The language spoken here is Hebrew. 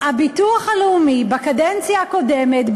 הביטוח הלאומי בקדנציה הקודמת,